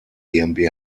gmbh